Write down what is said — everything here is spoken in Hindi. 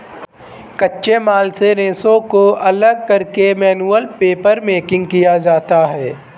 कच्चे माल से रेशों को अलग करके मैनुअल पेपरमेकिंग किया जाता है